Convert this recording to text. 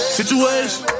Situation